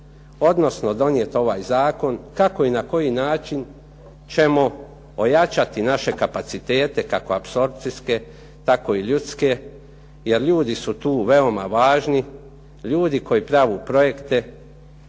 odnosno donijeti ovaj zakon kako i na koji način ćemo ojačati naše kapacitete, kako apsorpcijske tako i ljudske jer ljudi su tu veoma važni, ljudi koji prave projekte.